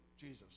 Jesus